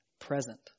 present